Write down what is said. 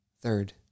Third